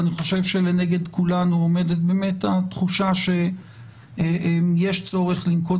אני חושב שלנגד כולנו עומדת התחושה שיש צורך לנקוט